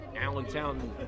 Allentown